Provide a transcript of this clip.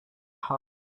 house